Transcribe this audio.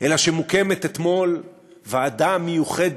אלא שהוקמה אתמול ועדה מיוחדת,